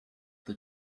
the